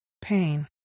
pain